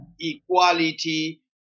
equality